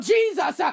Jesus